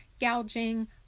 gouging